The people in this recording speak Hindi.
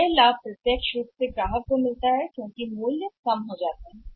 तो वह लाभ सीधे ग्राहक को जाता है क्योंकि कीमतें नीचे जाती हैं